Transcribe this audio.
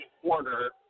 quarter